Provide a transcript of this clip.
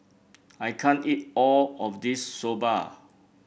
I can't eat all of this Soba